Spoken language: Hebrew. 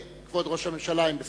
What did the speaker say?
כבוד ראש הממשלה, הם בסדר.